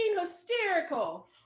hysterical